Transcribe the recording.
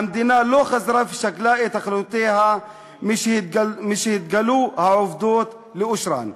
המדינה לא חזרה ושקלה את אחריותה משהתגלו העובדות לאשורן.